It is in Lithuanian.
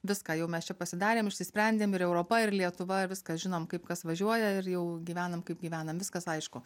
viską jau mes čia pasidarėm išsisprendėm ir europa ir lietuva viską žinom kaip kas važiuoja ir jau gyvenam kaip gyvenam viskas aišku